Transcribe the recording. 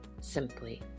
simply